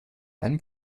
einem